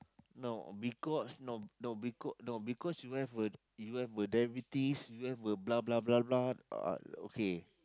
no because no no becau~ no because you have a you have a diabetes you have a blah blah blah blah uh okay